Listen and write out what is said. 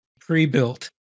pre-built